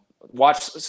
watch